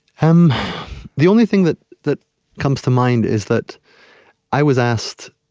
um the only thing that that comes to mind is that i was asked